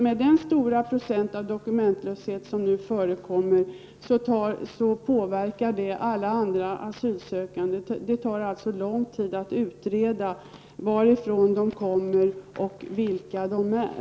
Med den stora procent dokumentlöshet som nu förekommer påverkas ju arbetet med alla andra asylsökande. Det tar alltså lång tid att utreda varifrån de asylsökande kommer och vilka de är.